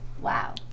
Wow